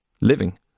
living